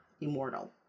immortal